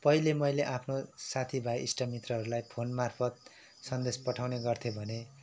पहिले मैले आफ्नो साथी भाइ इष्टमित्रहरूलाई फोनमार्फत सन्देश पठाउने गर्थेँ भने